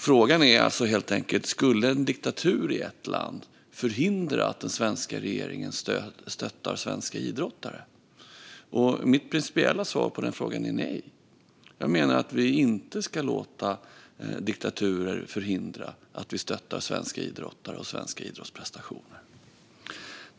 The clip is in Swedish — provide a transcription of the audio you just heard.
Frågan är alltså helt enkelt om diktatur i ett land ska förhindra att den svenska regeringen stöttar svenska idrottare, och mitt principiella svar på den frågan är nej. Jag menar att vi inte ska låta diktaturer förhindra att vi stöttar svenska idrottare och svenska idrottsprestationer.